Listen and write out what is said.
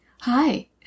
hi